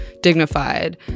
dignified